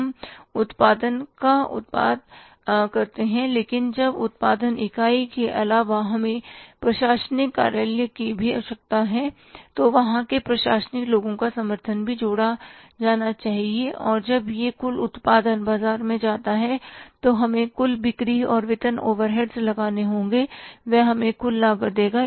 हम उत्पादन का उत्पादन करते हैं लेकिन अब उत्पादन इकाई के अलावा हमें प्रशासनिक कार्यालय की भी आवश्यकता है वहां के प्रशासनिक लोगों का समर्थन भी जोड़ा जाना चाहिए और जब यह कुल उत्पादन बाजार में जाता है तो हमें कुछ बिक्री और वितरण ओवरहेड्स लगाने होंगे वह हमें कुल लागत देगा